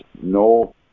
no